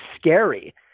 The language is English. scary